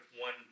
one